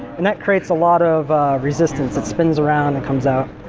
and that creates a lot of resistance. it spins around and comes out.